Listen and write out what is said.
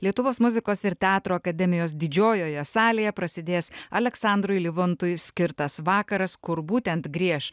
lietuvos muzikos ir teatro akademijos didžiojoje salėje prasidės aleksandrui livontui skirtas vakaras kur būtent grieš